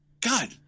God